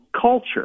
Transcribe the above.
culture